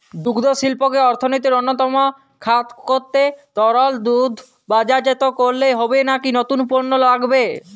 দুগ্ধশিল্পকে অর্থনীতির অন্যতম খাত করতে তরল দুধ বাজারজাত করলেই হবে নাকি নতুন পণ্য লাগবে?